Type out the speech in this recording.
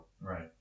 right